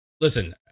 listen